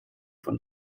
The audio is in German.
von